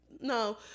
No